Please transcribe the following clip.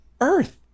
Earth